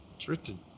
it's written.